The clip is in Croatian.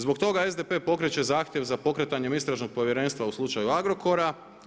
Zbog toga SDP pokreće zahtjev za pokretanjem Istražnog povjerenstva u slučaju Agrokora.